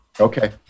Okay